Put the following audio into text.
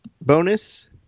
bonus